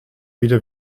wieder